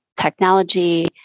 technology